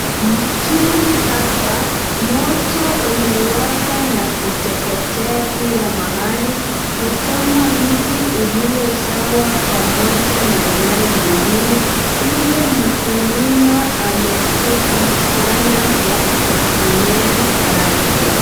Mstuni hapa. Moto umewaka na kuteketea kila mahali, kuchoma miti iliyo sawa pamoja na mia mingine. Ili mkulima ameshtuka sana kwa mimea yake.